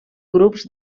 grups